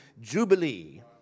jubilee